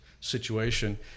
situation